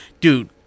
dude